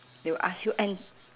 they will ask you and